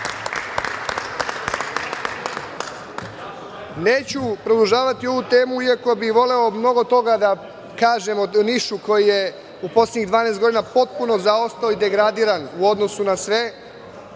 Neću produžavati ovu temu, iako bih voleo mnogo toga da kažem o Nišu koji je u poslednjih 12 godina potpuno zaostao i degradiran u odnosu na